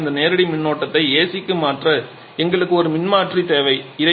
பொதுவாக இந்த நேரடி மின்னோட்டத்தை AC க்கு மாற்ற எங்களுக்கு ஒரு மின்மாற்றி தேவை